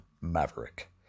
Maverick